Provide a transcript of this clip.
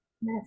Yes